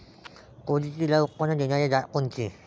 तूरीची लई उत्पन्न देणारी जात कोनची?